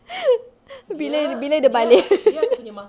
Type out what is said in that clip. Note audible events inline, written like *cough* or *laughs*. *laughs* bila bila dia baligh *laughs*